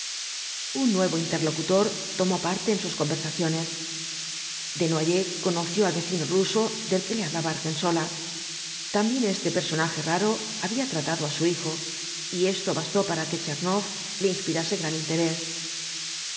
un nuevo interlocutor tomó parte en sus conversaciones desnoyers conoció al vecino ruso del que le hablaba argensola también este personaje raro había tratado á su hijo y esto bastó para que tchernoff le inspirase gran interés